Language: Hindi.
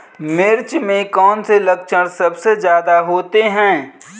मिर्च में कौन से लक्षण सबसे ज्यादा होते हैं?